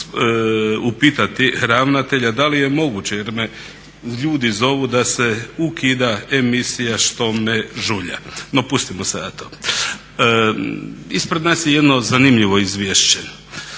upitati ravnatelja da li je moguće, jer me ljudi zovu da se ukida emisija "Što me žulja". No, pustimo sada to. Ispred nas je jedno zanimljivo izvješće.